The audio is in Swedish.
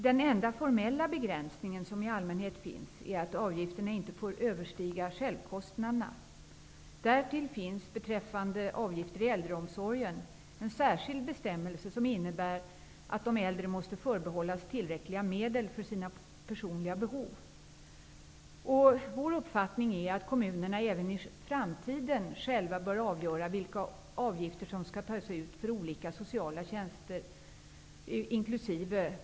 Den enda formella begränsning som i allmänhet finns är att avgifterna inte får överstiga självkostnaderna, därtill finns beträffande avgifter rörande äldreomsorgen en särskild bestämmelse som innebär att de äldre måste förbehållas tillräckliga medel för sina personliga behov. Vår uppfattning är att kommunerna även i framtiden själva bör få avgöra vilka avgifter som skall tas ut för olika sociala tjänster, inkl.